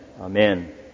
Amen